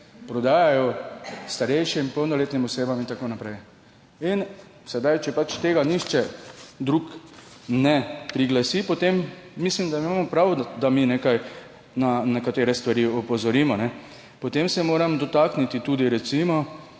prodajajo starejšim polnoletnim osebam in tako naprej. Če pač tega nihče drug ne priglasi, potem mislim, da imamo prav, da mi na nekatere stvari opozorimo. Potem se moram dotakniti tudi recimo